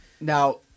now